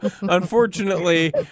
unfortunately